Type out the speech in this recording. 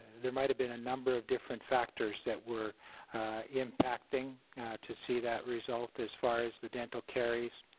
there might have been a number of different factors that were impacting to see that result as far as the dental carries.